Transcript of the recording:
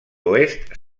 oest